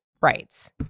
rights